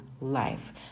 life